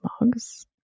mugs